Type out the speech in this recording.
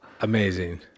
Amazing